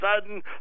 sudden